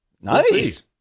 Nice